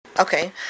Okay